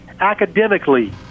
academically